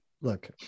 look